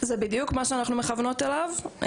זה בדיוק מה שאנחנו מכוונות אליו,